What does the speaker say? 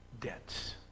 debts